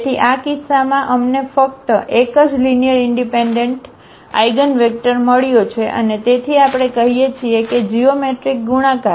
તેથી આ કિસ્સામાં અમને ફક્ત એક જ લીનીઅરઇનડિપેન્ડન્ટ આઇગનવેક્ટર મળ્યો છે અને તેથી આપણે કહીએ છીએ કે જીઓમેટ્રિક ગુણાકાર